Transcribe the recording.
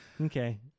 Okay